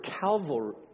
Calvary